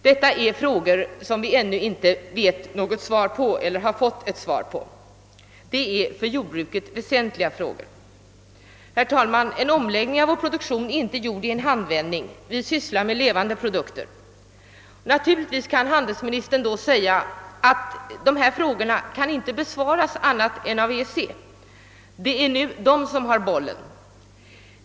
Detta är frågor som vi ännu inte fått något svar på, och det är för jordbruket väsentliga frågor. Herr talman! En omläggning av vår produktion är inte gjord i en handvändning, ty vi sysslar med levande produkter. Naturligtvis kan handelsministern säga att dessa frågor inte kan besvaras annat än av EEC — det är de som nu har bollen.